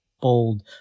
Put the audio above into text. bold